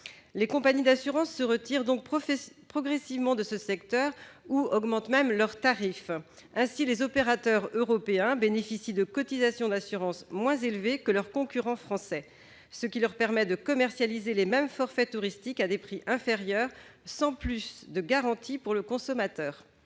Les compagnies d'assurances se retirent progressivement de ce secteur ou augmentent leurs tarifs. Ainsi, les opérateurs européens bénéficient de cotisations d'assurance moins élevées que leurs concurrents français, ce qui leur permet de commercialiser les mêmes forfaits touristiques à des prix inférieurs, sans davantage de garanties pour le consommateur.